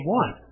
one